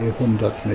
whom does